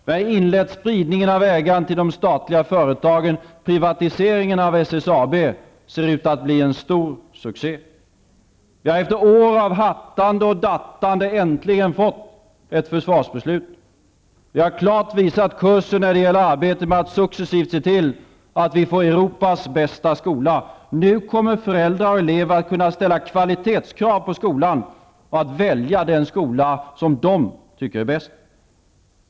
Vi har inlett spridningen av ägandet till de statliga företagen. Privatiseringen av SSAB ser ut att bli en stor succé. Vi har efter år av hattande och dattande äntligen fått ett försvarsbeslut. Vi har klart visat kursen när det gäller arbetet med att successivt se till att vi får Europas bästa skola. Nu kommer föräldrar och elever att kunna ställa kvalitetskrav på skolan och välja den skola som de tycker är bäst.